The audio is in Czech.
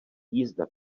jízda